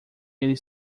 eles